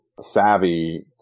savvy